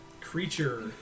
creature